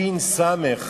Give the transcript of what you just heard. שי"ן-סמ"ך,